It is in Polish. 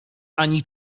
ani